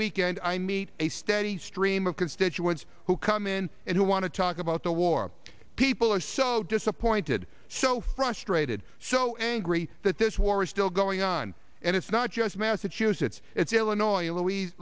weekend i meet a steady stream of constituents who come in and who want to talk about the war people are so disappointed so frustrated so angry that this war is still going on and it's not just massachusetts it's illinois loui